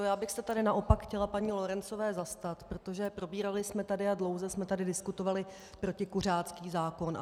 Já bych se tady naopak chtěla paní Lorencové zastat, protože probírali jsme tady a dlouze jsme tady diskutovali protikuřácký zákon.